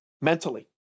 mentally